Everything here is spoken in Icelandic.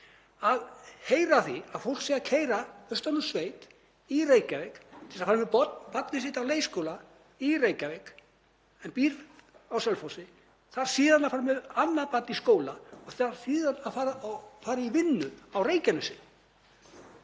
heyrir af því að fólk sé að keyra austan úr sveit inn í Reykjavík til að fara með barnið sitt á leikskóla í Reykjavík en býr á Selfossi, þarf síðan að fara með annað barn í skóla og þarf síðan að fara í vinnu á Reykjanesi.